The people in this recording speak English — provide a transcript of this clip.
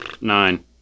Nine